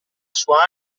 sua